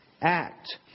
act